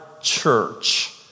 church